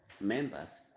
members